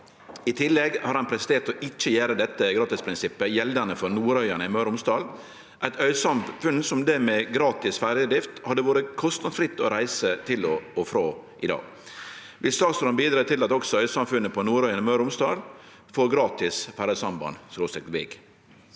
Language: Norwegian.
I tillegg har ein prestert å ikkje gjere dette gratisprinsippet gjeldande for Nordøyane i Møre og Romsdal, eit øysamfunn som det med gratis ferjedrift hadde vorte kostnadsfritt å reise til og frå. Vil statsråden bidra til at også øysamfunnet på Nordøyane i Møre og Romsdal får gratis ferjesamband?»